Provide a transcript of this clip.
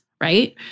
right